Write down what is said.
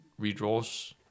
redraws